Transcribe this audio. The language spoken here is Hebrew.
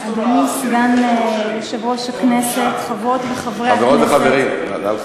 אדוני סגן יושב-ראש הכנסת, חברות וחברי הכנסת,